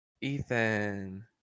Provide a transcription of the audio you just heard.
Ethan